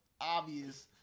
obvious